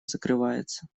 закрывается